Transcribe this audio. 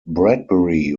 bradbury